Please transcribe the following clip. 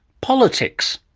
politics,